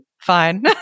Fine